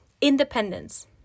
independence